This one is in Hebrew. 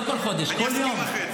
לא,